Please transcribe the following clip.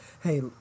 Hey